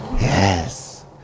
Yes